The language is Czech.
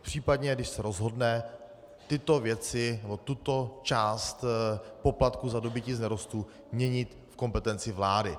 Případně, když se rozhodne, tyto věci nebo tuto část poplatku za dobytí z nerostů měnit v kompetenci vlády.